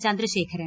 Chandrasekharan